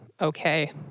okay